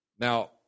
Now